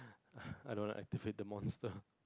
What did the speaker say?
I don't wanna activate the monster